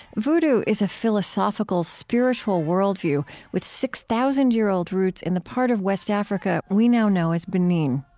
vodou is a philosophical, spiritual worldview with six thousand year old roots in the part of west africa we now know as benin.